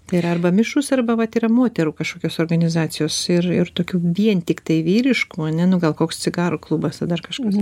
tai yra arba mišrūs arba vat yra moterų kažkokios organizacijos ir ir tokių vien tiktai vyriškų ane nu gal koks cigarų klubas ar dar kažkas